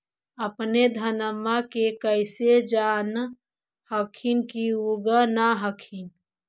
अपने धनमा के कैसे जान हखिन की उगा न हखिन?